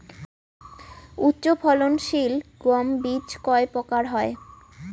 উচ্চ ফলন সিল গম বীজ কয় প্রকার হয়?